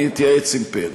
אני אתייעץ עם פרי,